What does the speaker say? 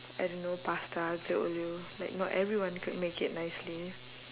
I don't know pasta aglio olio like not everyone could make it nicely